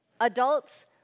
adults